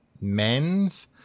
Men's